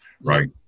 right